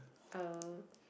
oh